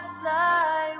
fly